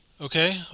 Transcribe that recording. Okay